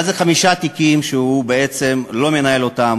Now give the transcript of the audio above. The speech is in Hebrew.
אבל זה חמישה תיקים שהוא בעצם לא מנהל אותם,